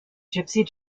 gypsy